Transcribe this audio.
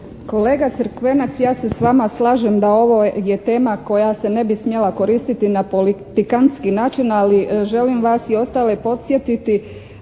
Kolega Crkvenac, ja se s vama slažem da ovo je tema koja se ne bi smjela koristiti na politikantski način, ali želim vas i ostale podsjetiti